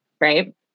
right